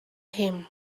him